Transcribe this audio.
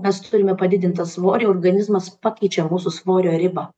mes turime padidintą svorį organizmas pakeičia mūsų svorio ribą